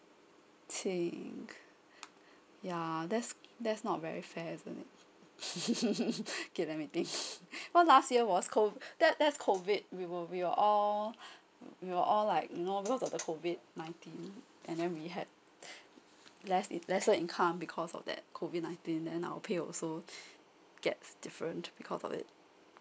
think yeah that's that's not very fair isn't it get everything what last year was co~ that that's COVID we were we were all we were all like know because of the COVID nineteen and then we had less~ lesser income because of that COVID nineteen then now pay also get different because of it